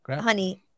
honey